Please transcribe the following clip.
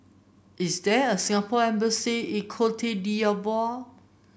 is there a Singapore Embassy in Cote d'Ivoire